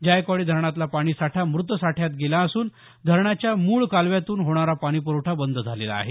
जायकवाडी धरणातला पाणीसाठा मृत साठ्यात गेला असून धरणाच्या मूळ कालव्यातून होणारा पाणीपुरवठा बंद झालेला आहे